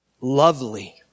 lovely